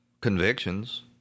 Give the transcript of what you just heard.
convictions